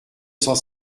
cent